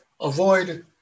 avoid